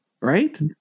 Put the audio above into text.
Right